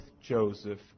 joseph